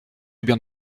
bien